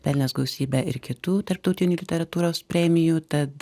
pelnęs gausybę ir kitų tarptautinių literatūros premijų tad